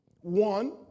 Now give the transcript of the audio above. One